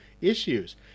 issues